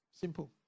Simple